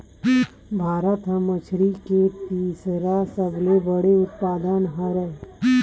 भारत हा मछरी के तीसरा सबले बड़े उत्पादक हरे